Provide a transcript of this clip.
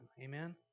Amen